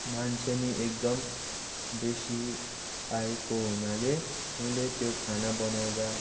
मान्छे नि एकदम बेसी आएको हुनाले मैले त्यो खाना बनाउँदा